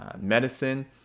medicine